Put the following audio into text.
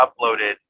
uploaded